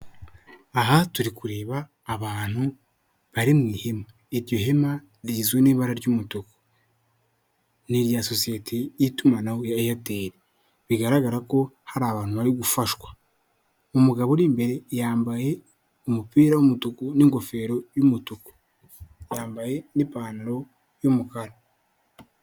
Aha turi kureba abantu bari m'ihema iryo hema rigizwe n'ibara ry'umutuku n'irya sosiyete y'itumanaho rya eyateri bigaragara ko hari abantu bari gufashwa umugabo uri imbere yambaye umupira w'umutuku n'ingofero y'umutuku yambaye n'ipantaro y'umukara.